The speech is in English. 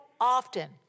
often